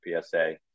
PSA